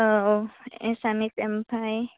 औ औ एसामिस ओमफाय